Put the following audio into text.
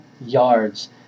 yards